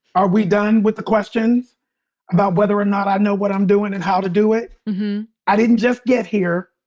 are we done with the questions about whether or not i know what i'm doing and how to do it? mmhmm i didn't just get here.